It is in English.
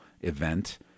event